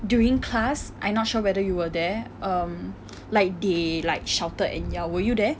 during class I not sure whether you were there um like they like shouted and ya were you there